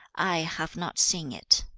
i have not seen it